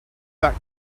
that